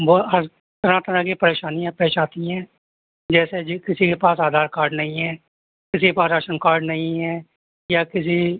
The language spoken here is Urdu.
وہ ہر طرح طرح کی پریشانیاں پیش آتی ہیں جیسے جی کسی کے پاس آدھار کارڈ نہیں ہے کسی کے پاس راشن کارڈ نہیں ہے یا کسی